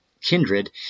kindred